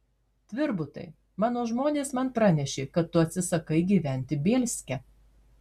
tvirbutai mano žmonės man pranešė kad tu atsisakai gyventi bielske